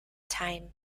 time